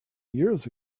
years